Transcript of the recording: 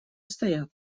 стоят